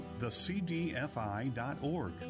thecdfi.org